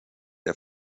der